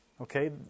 Okay